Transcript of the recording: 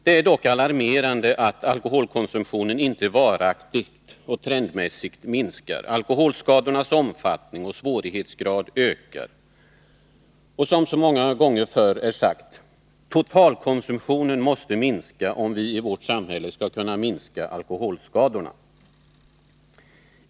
Det är dock alarmerande att alkoholkonsumtionen inte varaktigt och trendmässigt minskar. Alkoholskadornas omfattning och svårighetsgrad ökar. Som det sagts så många gånger förr måste totalkonsumtionen minska om vi i vårt samhälle skall kunna minska alkoholskadorna.